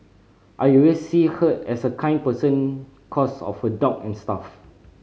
I always see her as a kind person cos of her dog n stuff